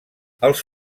els